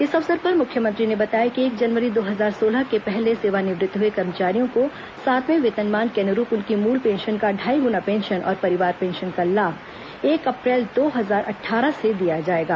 इस अवसर पर मुख्यमंत्री ने बताया कि एक जनवरी दो हजार सोलह के पहले सेवानिव्रत्त हुए कर्मचारियों को सातवें वेतनमान के अनुरूप उनकी मूल पेंशन का ढाई गुना पेंशन और परिवार पेंशन का लाभ एक अप्रैल दो हजार अट्ठारह से दिया जाएगा